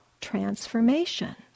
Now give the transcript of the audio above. transformation